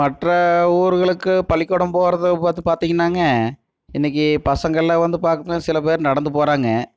மற்ற ஊருகளுக்கு பள்ளிக்கூடம் போகிறது பார்த்து பார்த்தீங்கன்னாங்க இன்றைக்கு பசங்கள்லாம் வந்து பார்க்கப் போனால் சில பேர் நடந்து போகிறாங்க